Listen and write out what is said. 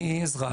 אני אזרח,